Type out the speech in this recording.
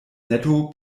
netto